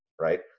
right